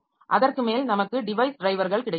அதற்கு மேல் நமக்கு டிவைஸ் டிரைவர்கள் கிடைத்துள்ளன